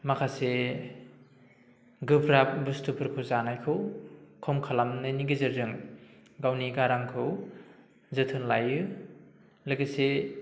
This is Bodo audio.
माखासे गोब्राब बुस्थुफोरखौ जानायखौ खम खालामनायनि गेजेरजों गावनि गारांखौ जोथोन लायो लोगोसे